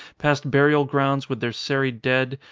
past burial grounds with their serried dead,